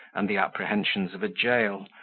and the apprehensions of a jail,